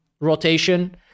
rotation